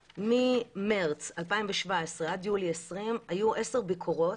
ממרץ 2017 עד יולי 20' היו 10 ביקורות.